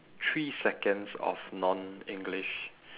three seconds of non english